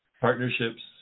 partnerships